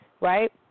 right